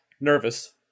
nervous